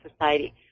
society